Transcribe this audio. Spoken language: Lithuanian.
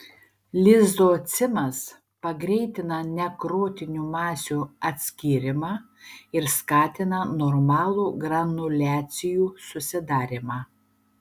lizocimas pagreitina nekrotinių masių atskyrimą ir skatina normalų granuliacijų susidarymą